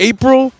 April